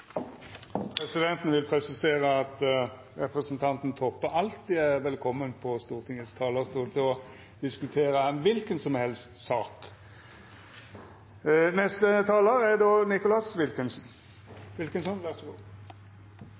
Presidenten vil presisera at representanten Toppe alltid er velkomen på Stortingets talarstol til å diskutera ei kva som helst slags sak! Jeg er litt lei. Jeg er